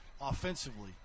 Offensively